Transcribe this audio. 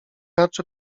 raczy